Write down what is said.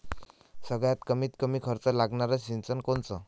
सगळ्यात कमीत कमी खर्च लागनारं सिंचन कोनचं?